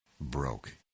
broke